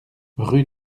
rue